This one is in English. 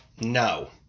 No